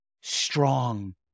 strong